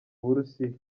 burusiya